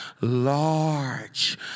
large